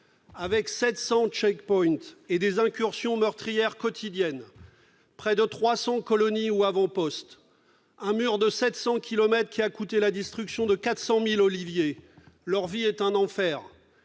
Avec 700 et des incursions meurtrières quotidiennes, près de 300 colonies ou avant-postes, un mur de 700 kilomètres qui a coûté la destruction de 400 000 oliviers, leur vie est un enfer.